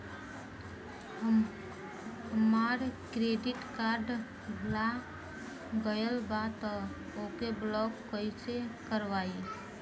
हमार credit card भुला गएल बा त ओके ब्लॉक कइसे करवाई?